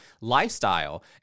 lifestyle